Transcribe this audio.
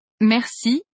Merci